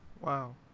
Wow